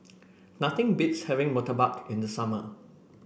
nothing beats having Murtabak in the summer